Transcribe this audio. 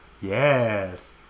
Yes